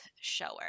shower